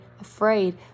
afraid